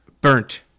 Burnt